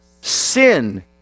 Sin